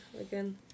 again